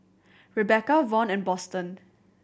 Rebecca Von and Boston